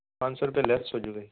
ਪੰਜ ਸੋ ਰੁਪਇਆ ਲੈਸ ਹੋਜੂਗਾ